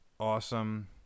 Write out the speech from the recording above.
awesome